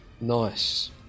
Nice